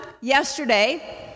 yesterday